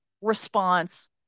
response